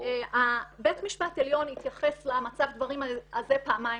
בית המשפט העליון התייחס למצב הדברים הזה פעמיים,